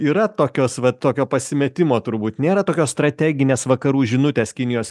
yra tokios va tokio pasimetimo turbūt nėra tokios strateginės vakarų žinutės kinijos